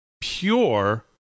pure